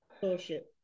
Bullshit